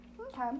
Okay